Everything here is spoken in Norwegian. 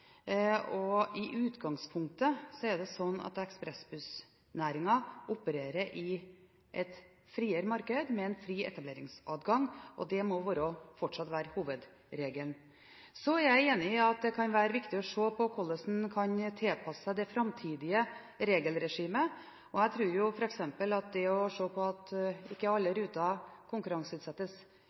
det sånn at ekspressbussnæringen opererer i et friere marked med en fri etableringsadgang, og det må fortsatt være hovedregelen. Så er jeg enig i at det kan være viktig å se på hvordan man kan tilpasse seg det framtidige regelregimet. Jeg tror f.eks. at det å se på at ikke alle ruter konkurranseutsettes